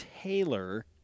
Taylor